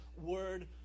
word